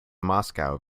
moscow